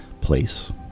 place